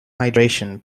hydration